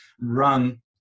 run